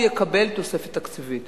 הוא יקבל תוספת תקציבית.